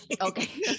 Okay